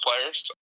players